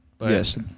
Yes